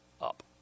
up